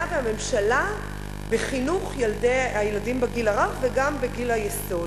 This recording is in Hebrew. והממשלה בחינוך הילדים בגיל הרך וגם בגיל היסוד.